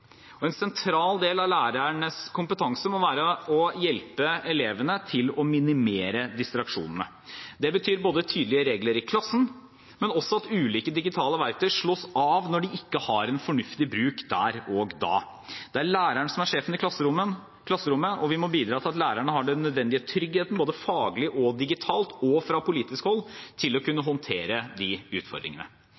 Og en sentral del av lærernes kompetanse må være hvordan de kan hjelpe elevene til å minimere distraksjonene. Det betyr både tydelige regler i klassen og at ulike digitale verktøy slås av når de ikke har en fornuftig bruk der og da. Det er læreren som er sjefen i klasserommet, og vi må bidra til at lærerne har den nødvendige tryggheten, både faglig og digitalt – og fra politisk hold – til å kunne håndtere de utfordringene.